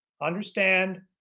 understand